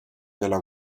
della